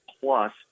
Plus